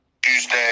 Tuesday